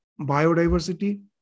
biodiversity